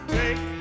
take